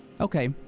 Okay